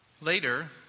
Later